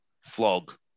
flog